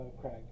Craig